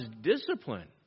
discipline